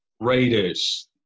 Raiders